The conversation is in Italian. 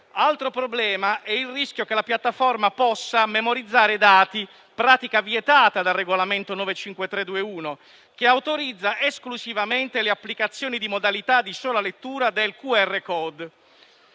Altro problema è il rischio che la piattaforma possa memorizzare dati, pratica vietata dal regolamento (UE) 2021/953, che autorizza esclusivamente le applicazioni di modalità di sola lettura del QR *code*.